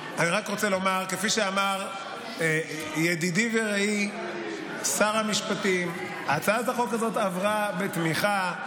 כפי שאמר ידידי ורעי שר המשפטים: הצעת החוק הזאת עברה בתמיכה,